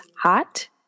hot